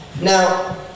Now